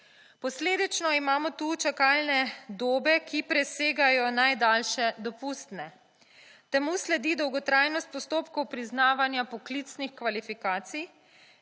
Posledično imamo tukaj čakalne dobe, ki presegajo najdaljše dopustne. Temu sledi dolgotrajnost postopkov priznavanja poklicnih kvalifikacij